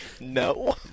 No